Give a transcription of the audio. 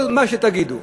כל מה שתגידו,